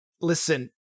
Listen